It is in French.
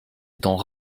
étant